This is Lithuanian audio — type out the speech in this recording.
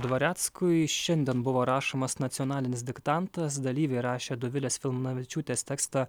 dvareckui šiandien buvo rašomas nacionalinis diktantas dalyviai rašė dovilės filmanavičiūtės tekstą